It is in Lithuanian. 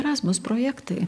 erasmus projektai